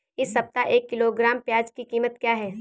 इस सप्ताह एक किलोग्राम प्याज की कीमत क्या है?